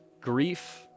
Grief